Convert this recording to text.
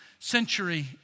century